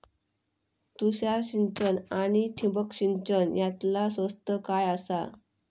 तुषार सिंचन आनी ठिबक सिंचन यातला स्वस्त काय आसा?